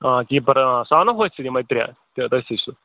آ کیٖپَر اۭں سُہ اَو نہٕ ۂتھۍ سۭتۍ یِمَے ترٛےٚ تہٕ تٔتھۍ سۭتۍ سُہ